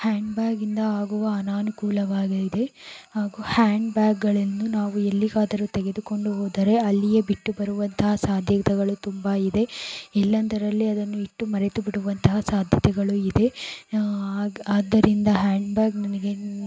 hand ಬ್ಯಾಗಿಂದ ಆಗುವ ಅನನುಕೂಲವಾಗಿದೆ ಹಾಗೂ ಹ್ಯಾಂಡ್ ಬ್ಯಾಗ್ಗಳನ್ನು ನಾವು ಎಲ್ಲಿಗಾದರು ತೆಗೆದುಕೊಂಡು ಹೋದರೆ ಅಲ್ಲಿಯೇ ಬಿಟ್ಟು ಬರುವಂತಹ ಸಾಧ್ಯತೆಗಳು ತುಂಬ ಇದೆ ಎಲ್ಲೆಂದರಲ್ಲಿ ಅದನ್ನು ಇಟ್ಟು ಮರೆತು ಬಿಡುವಂತಹ ಸಾಧ್ಯತೆಗಳು ಇದೆ ಆದ್ದರಿಂದ ಹ್ಯಾಂಡ್ ಬ್ಯಾಗ್ ನನಗೆ